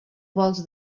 vols